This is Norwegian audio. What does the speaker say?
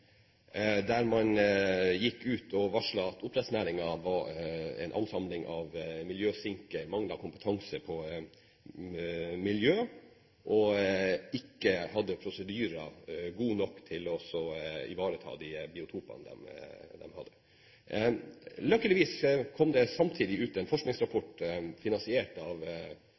der man gikk ut og varslet at oppdrettsnæringen var en ansamling av miljøsinker, manglet kompetanse på miljø og ikke hadde prosedyrer som var gode nok til å ivareta de biotopene vi har. Lykkeligvis kom det samtidig ut en forskningsrapport finansiert av